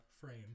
frame